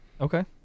Okay